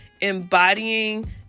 embodying